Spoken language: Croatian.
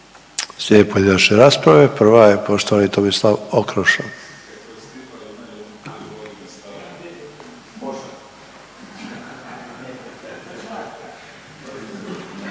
Slijede pojedinačne rasprave, prva je poštovani Tomislav Okroša.